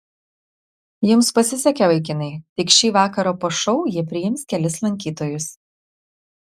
jums pasisekė vaikinai tik šį vakarą po šou ji priims kelis lankytojus